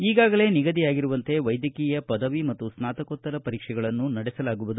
ಈಗಾಗಲೇ ನಿಗದಿಯಾಗಿರುವಂತೆ ವೈದ್ಯಕೀಯ ಪದವಿ ಮತ್ತು ಸ್ನಾತಕೋತ್ತರ ಪರೀಕ್ಷೆಗಳನ್ನು ನಡೆಸಲಾಗುವುದು